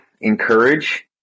encourage